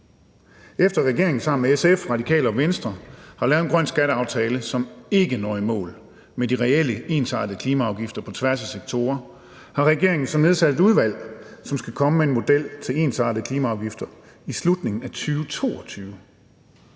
Efter regeringen sammen med SF, Radikale og Venstre har lavet en grøn skatteaftale, som ikke når i mål med de reelle ensartede klimaafgifter på tværs af sektorer, har regeringen så nedsat et udvalg, som skal komme med en model for ensartede klimaafgifter i slutningen af 2022.